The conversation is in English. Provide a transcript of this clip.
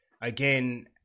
again